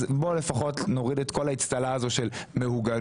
אז בוא לפחות נוריד את כל האצטלה הזו של מהוגנות,